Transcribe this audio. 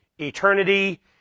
eternity